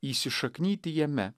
įsišaknyti jame